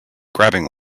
grabbing